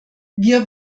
wir